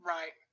Right